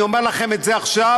אני אומר לכם את זה עכשיו,